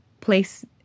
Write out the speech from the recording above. place